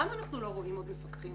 למה אנחנו לא רואים עוד פקחים?